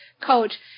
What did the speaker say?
coach